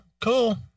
cool